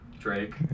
Drake